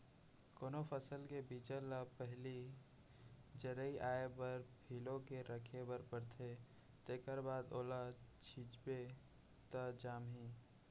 कोनो फसल के बीजा ल पहिली जरई आए बर फिलो के राखे बर परथे तेखर बाद ओला छिंचबे त जामही